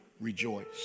rejoice